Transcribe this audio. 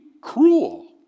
cruel